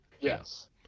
yes